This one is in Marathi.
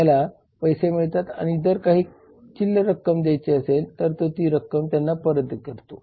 त्याला पैसे मिळतात आणि जर काही चिल्लर रक्कम दयायची असेल तर तो ती रक्कम त्यांना परत करतो